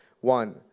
One